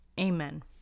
Amen